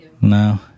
No